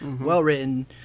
well-written